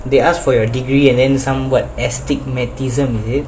they ask for your degree and then somewhat astigmatism is it